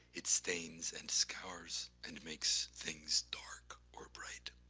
it stains and scours and makes things dark or bright.